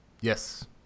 Yes